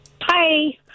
Hi